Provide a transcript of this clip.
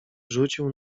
rzucił